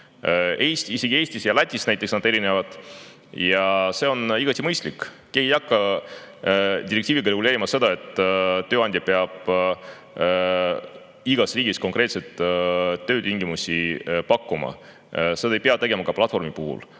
Eestis ja Lätis on need erinevad ja see on igati mõistlik. Keegi ei hakka direktiiviga reguleerima seda, et tööandja peab igas riigis konkreetseid töötingimusi pakkuma. Seda ei pea tegema ka platvormi[töö] puhul.